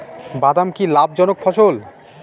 বাদাম কি লাভ জনক ফসল?